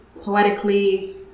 poetically